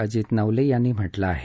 अजित नवले यांनी म्हटलं आहे